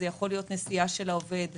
היא יכולה להיות נסיעה של העובד בחופשה,